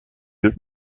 deux